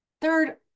Third